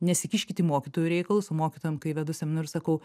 nesikiškit į mokytojų reikalus o mokytojam kai vedu seminarus sakau